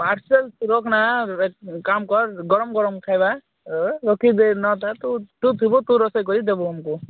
parcel ତୁ ରଖନା ଏକ୍ କାମ୍ କର୍ ଗରମ୍ ଗରମ୍ ଖାଇବା ରଖିଦେ ନଅଟା ତୁ ତୁ ଥିବୁ ତୁ ରୋଷେଇ କରି ଦେବୁ ଆମକୁ